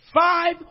Five